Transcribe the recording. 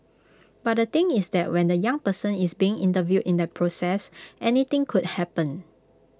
but the thing is that when the young person is being interviewed in that process anything could happen